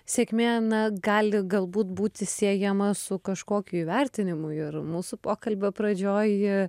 sėkmė na gali galbūt būti siejama su kažkokiu įvertinimu ir mūsų pokalbio pradžioj